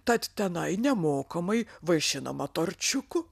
tad tenai nemokamai vaišinama torčiuku